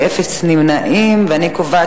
אני זוכר שלפני 30 שנה ואפילו קצת יותר,